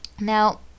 Now